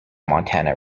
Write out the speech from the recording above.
montana